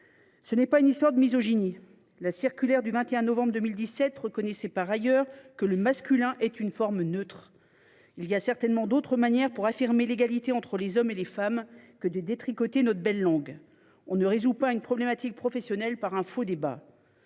ce n’est pas une histoire de misogynie. La circulaire du 21 novembre 2017 reconnaissait d’ailleurs que « le masculin est une forme neutre ». Il existe certainement d’autres manières d’affirmer l’égalité entre les hommes et les femmes que de détricoter notre belle langue. On ne résout pas une problématique professionnelle par un faux débat.